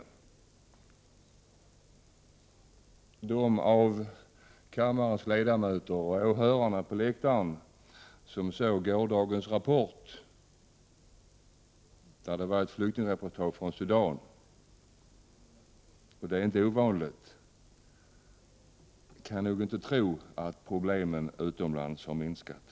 I gårdagens Rapport visades ett flyktingreportage från Sudan. Detta är inget ovanligt. De av kammarens ledamöter och åhörarna på läktaren som såg det kan nog inte tro att problemen utomlands har minskat.